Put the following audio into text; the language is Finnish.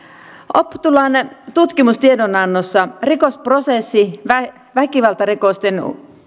optulan tutkimustiedonannossa rikosprosessi väkivaltarikosten